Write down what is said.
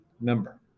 member